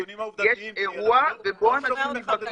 יש אירוע ובו אנשים נדבקים.